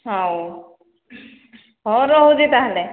ହଉ ହଉ ରହୁଛି ତାହାଲେ